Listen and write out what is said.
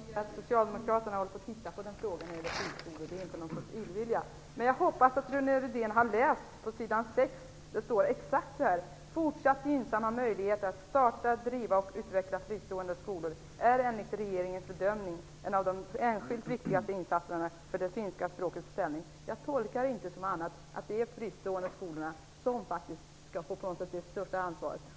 Herr talman! Som jag sade tidigare, håller Socialdemokraterna på att titta på frågan när det gäller friskolor. Det finns inte någon illvilja. Jag hoppas att Rune Rydén har läst sidan 6 i skrivelsen. Det står exakt så här: "Fortsatt gynnsamma möjligheter att starta, driva och utveckla fristående skolor är, enligt regeringens bedömning, en av de enskilt viktigaste insatserna för det finska språkets ställning."